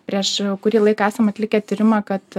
prieš kurį laiką esam atlikę tyrimą kad